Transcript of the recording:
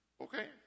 Okay